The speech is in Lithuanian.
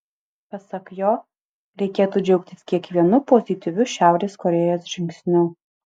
pasak jo reikėtų džiaugtis kiekvienu pozityviu šiaurės korėjos žingsniu